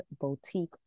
boutique